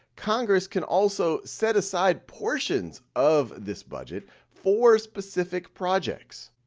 congress can also set aside portions of this budget for specific projects.